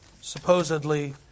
supposedly